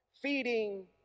feeding